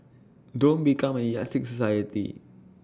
don't become A yardstick society